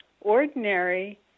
ordinary